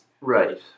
Right